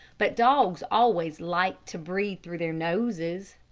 but dogs always like to breathe through their noses.